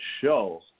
show